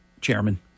chairman